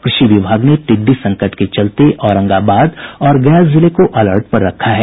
कृषि विभाग ने टिड्डी संकट के चलते औरंगाबाद और गया जिले को अलर्ट पर रखा है